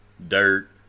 Dirt